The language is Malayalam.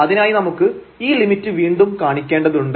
അതിനായി നമുക്ക് ഈ ലിമിറ്റ് വീണ്ടും കാണിക്കേണ്ടതുണ്ട്